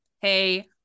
hey